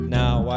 now